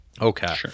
Okay